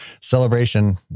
celebration